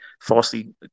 falsely